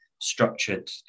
structured